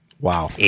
Wow